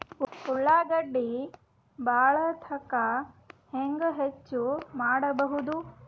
ಉಳ್ಳಾಗಡ್ಡಿ ಬಾಳಥಕಾ ಹೆಂಗ ಹೆಚ್ಚು ಮಾಡಬಹುದು?